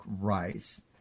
rice